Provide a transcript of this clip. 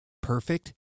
Perfect